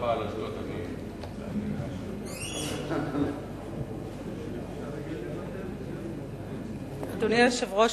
אדוני היושב-ראש,